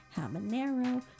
habanero